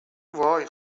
وای